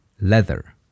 leather